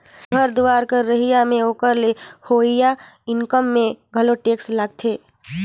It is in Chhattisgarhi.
घर दुवार कर रहई में ओकर ले होवइया इनकम में घलो टेक्स लागथें